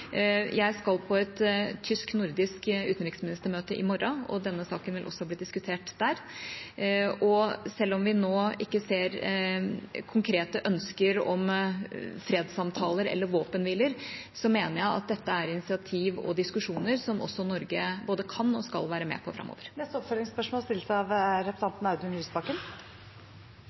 Jeg skal på et tysk-nordisk utenriksministermøte i morgen, og denne saken vil også bli diskutert der. Og selv om vi nå ikke ser konkrete ønsker om fredssamtaler eller våpenhviler, mener jeg at dette er initiativ og diskusjoner som også Norge både kan og skal være med på framover. Audun Lysbakken – til oppfølgingsspørsmål.